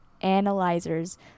analyzers